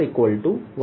r r